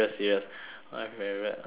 my favourite uh